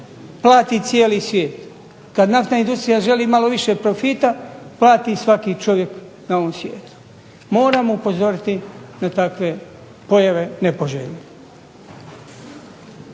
plati cijeli svijet, kad naftna industrija želi malo više profiti plati svaki čovjek na ovom svijetu. Moramo upozoriti na takve pojave nepoželjne.